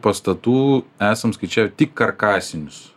pastatų esam skaičiavę tik karkasinius